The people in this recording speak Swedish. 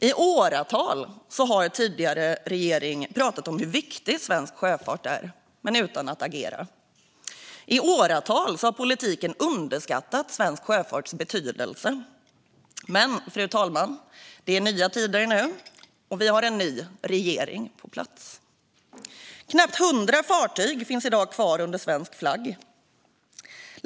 I åratal har tidigare regering pratat om hur viktig svensk sjöfart är men inte agerat, och i åratal har politiken underskattat svensk sjöfarts betydelse. Men det är nya tider nu, och vi har en ny regering på plats. Knappt hundra fartyg går i dag under svensk flagg.